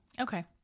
Okay